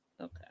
Okay